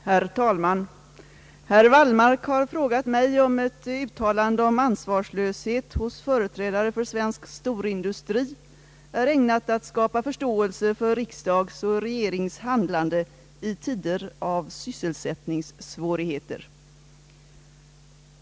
Herr talman! Herr Wallmark har frågat mig, om ett uttalande om ansvarslöshet hos företrädare för svensk storindustri är ägnat att skapa förståelse för riksdags och regerings handlande i tider av sysselsättningssvårigheter.